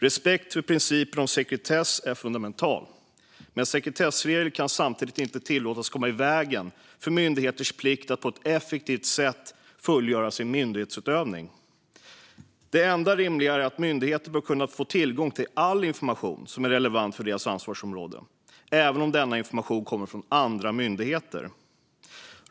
Respekt för principer om sekretess är fundamentalt, men sekretessregler kan samtidigt inte tillåtas komma i vägen för myndigheters plikt att på ett effektivt sätt fullgöra sin myndighetsutövning. Det enda rimliga är att myndigheter bör kunna få tillgång till all information som är relevant för deras ansvarsområde, även om denna information kommer från andra myndigheter.